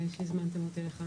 שהזמנתם אותי לכאן,